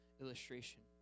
illustration